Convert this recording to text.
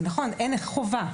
זה נכון, אין חובה,